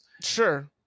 Sure